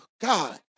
God